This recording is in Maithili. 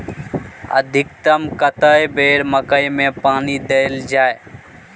अधिकतम कतेक बेर मकई मे पानी देल जाय?